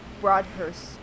Broadhurst